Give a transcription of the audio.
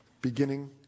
beginning